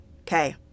okay